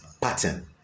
pattern